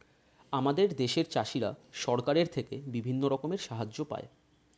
আমাদের দেশের চাষিরা সরকারের থেকে বিভিন্ন রকমের সাহায্য পায়